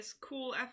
Cool